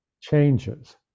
changes